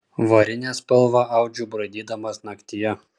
varinę spalvą audžiu braidydamas naktyje